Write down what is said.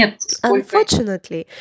Unfortunately